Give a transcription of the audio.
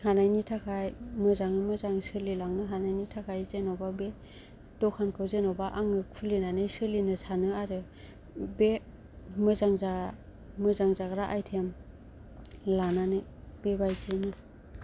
हानायनि थाखाय मोजाङै मोजां सोलिलांनो हानायनि थाखाय जेनबा बे दखानखौ जेनबा आंनि खुलिनानै सोलिनो सानो आरो बे मोजां जा मोजां जाग्रा आइटेम लानानै बेबादिनो